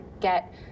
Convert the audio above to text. get